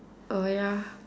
uh ya